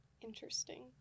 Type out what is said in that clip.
Interesting